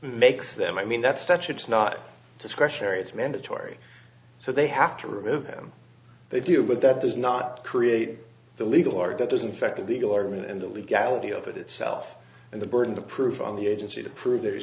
makes them i mean that statute is not discretionary it's mandatory so they have to remove them they do but that does not create the legal order that doesn't affect the legal argument and the legality of it itself and the burden of proof on the agency to prove their is